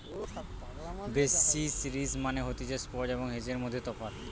basis risk মানে হতিছে spot এবং হেজের মধ্যে তফাৎ